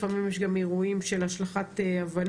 לפעמים יש גם אירועים של השלכת אבנים.